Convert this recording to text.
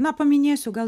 na paminėsiu gal